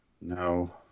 No